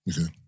Okay